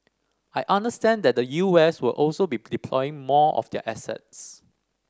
I understand that the U S will also be deploying more of their assets